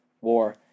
war